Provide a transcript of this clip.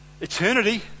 eternity